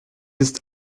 ist